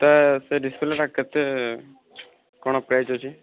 ତ ସେ ଡିସପ୍ଲେ ଟା କେତେ କ'ଣ ପ୍ରାଇସ ଅଛି